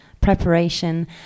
preparation